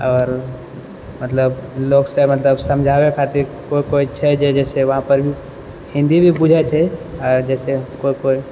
आओर मतलब लोक सब मतलब समझाबै खातिर कोइ कोइ छै जैसे वहाँपर भी हिन्दी भी बुझै छै जैसे कोइ कोइ